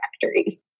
factories